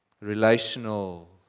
relational